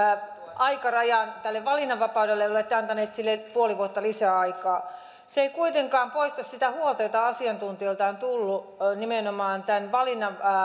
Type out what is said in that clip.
aikarajan tälle valinnanvapaudelle olette antaneet sille puoli vuotta lisäaikaa se ei kuitenkaan poista sitä huolta jota asiantuntijoilta on tullut nimenomaan tämän